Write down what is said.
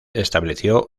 estableció